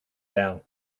down